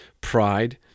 pride